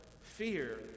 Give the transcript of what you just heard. fear